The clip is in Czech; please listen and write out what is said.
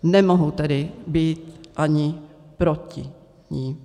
Nemohu tedy být ani proti ní.